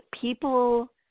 people